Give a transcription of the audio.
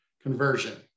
conversion